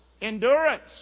Endurance